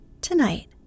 Tonight